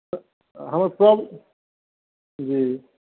sir हमर प्रॉब जी